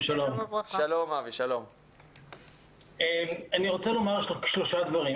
אני רוצה לומר שלושה דברים.